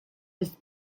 his